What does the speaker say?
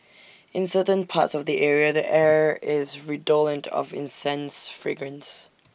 in certain parts of the area the air is redolent of incense fragrance